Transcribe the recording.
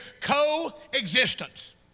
coexistence